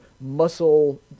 muscle